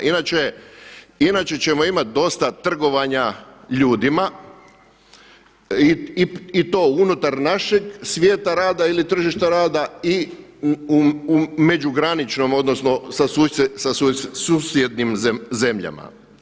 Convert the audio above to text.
Inače ćemo imati dosta trgovanja ljudima i to unutar našeg svijeta rada ili tržišta rada i u međugraničnom, odnosno sa susjednim zemljama.